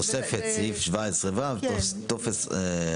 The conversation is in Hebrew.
בתוספת סעיף 17ו, טופס הרשאה אישית על ידי רופא.